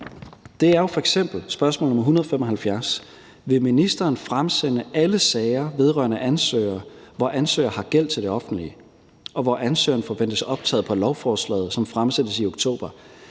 Det er jo f.eks. spørgsmålet nr. 175: Kl. 15:39 »Vil ministeren fremsende alle sager vedrørende ansøgere, hvor ansøger har gæld til det offentlige (..), og hvor ansøgeren forventes optaget på lovforslaget om indfødsrets